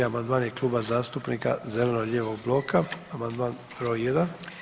1. amandman je Kluba zastupnika zeleno-lijevog bloka, amandman br. 1.